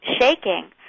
shaking